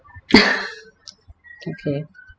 okay